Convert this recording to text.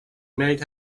made